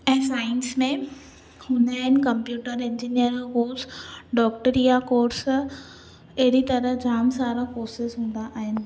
ऐं साईंसं में हून्दा आहिनि कम्प्यूटर इंजीनियर जो कोर्स डौक्टरी जा कोर्स अहिड़ी तरह जाम सारा कोर्सेस हून्दा आहिनि